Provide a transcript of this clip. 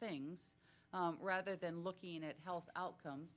things rather than looking at health outcomes